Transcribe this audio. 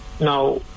Now